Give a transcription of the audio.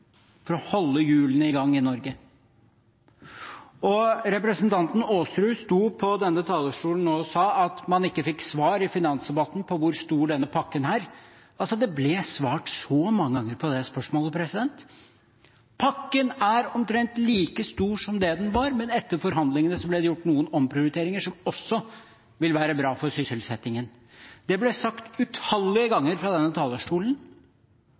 i Norge. Representanten Aasrud sto på denne talerstolen nå og sa at man ikke fikk svar i finansdebatten på hvor stor denne pakken er. Det ble svart så mange ganger på det spørsmålet: Pakken er omtrent like stor som det den var, men etter forhandlingene ble det gjort noen omprioriteringer som også vil være bra for sysselsettingen. Det ble sagt utallige ganger fra denne talerstolen,